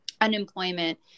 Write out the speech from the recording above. unemployment